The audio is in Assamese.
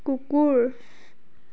কুকুৰ